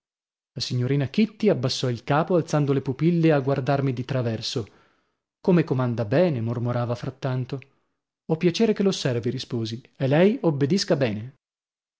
la signorina kitty abbassò il capo alzando le pupille a guardarmi di traverso come comanda bene mormorava frattanto ho piacere che l'osservi risposi e lei obbedisca bene